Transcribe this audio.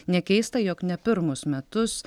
ne keista jog ne pirmus metus